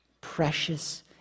Precious